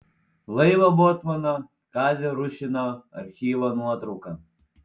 laivo bocmano kazio rušino archyvo nuotrauka